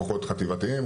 כוחות חטיבתיים.